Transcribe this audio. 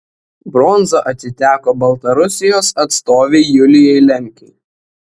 bronza atiteko baltarusijos atstovei julijai lemkei